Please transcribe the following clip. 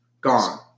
gone